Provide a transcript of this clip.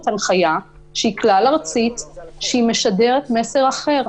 הנחיה שהיא כלל-ארצית שמשדרת מסר אחר,